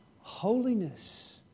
Holiness